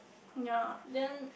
ya then